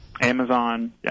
Amazon